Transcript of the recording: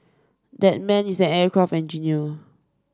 that man is an aircraft engineer